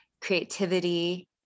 creativity